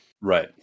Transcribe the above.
Right